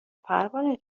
پروانه